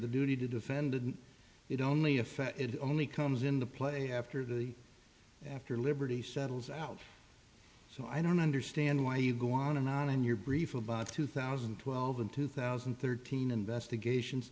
the duty to defend it only if it only comes into play after the after liberty settles out so i don't understand why you go on and on in your brief about two thousand and twelve and two thousand and thirteen investigations